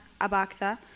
Abaktha